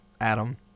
Adam